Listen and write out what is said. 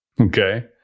Okay